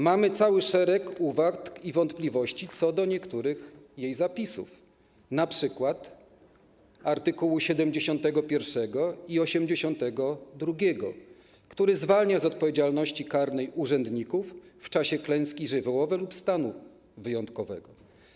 Mamy cały szereg uwag i wątpliwości co do niektórych jej zapisów, np. art. 71 i 82, które zwalniają z odpowiedzialności karnej urzędników w czasie klęski żywiołowej lub stanu wyjątkowego.